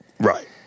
Right